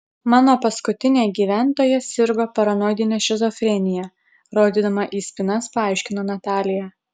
mano paskutinė gyventoja sirgo paranoidine šizofrenija rodydama į spynas paaiškino natalija